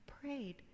prayed